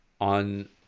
on